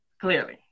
clearly